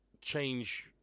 change